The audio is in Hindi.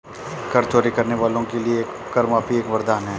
कर चोरी करने वालों के लिए कर माफी एक वरदान है